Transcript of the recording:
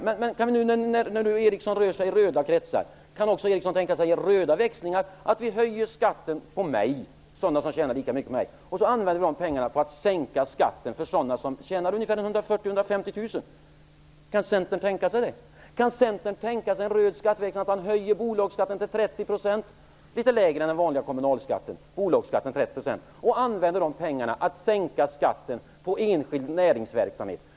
Men när nu Eriksson rör sig i röda kretsar kan han då också tänka sig röda växlingar, så att vi höjer skatten för mig och sådana som tjänar lika mycket som jag och använda pengarna till att sänka skatten för dem som tjänar 140 000-150 000 kr? Kan centern tänka sig en röd skatteväxling, så att man höjer bolagsskatten till och använda pengarna till att sänka skatten på enskild näringsverksamhet?